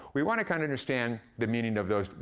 we wanna kind of understand the meaning of those,